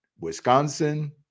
Wisconsin